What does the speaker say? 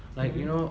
mmhmm